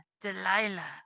Delilah